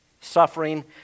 suffering